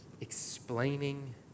explaining